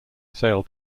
sail